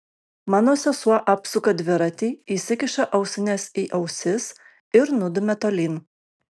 mano sesuo apsuka dviratį įsikiša ausines į ausis ir nudumia tolyn